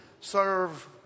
serve